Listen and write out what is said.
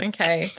Okay